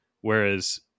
Whereas